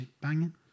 banging